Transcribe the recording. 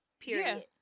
Period